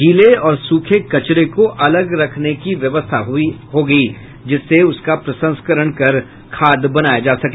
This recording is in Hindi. गीले और सूखे कचरे को अलग रखने की व्यवस्था भी होगी जिससे उसका प्रसंस्करण कर खाद बनाया जा सके